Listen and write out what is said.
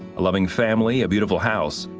loving family, beautiful house,